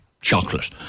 chocolate